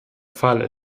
fall